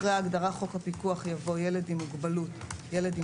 אחרי ההגדרה "חוק הפיקוח" יבוא: "ילד עם מוגבלות" ילד עם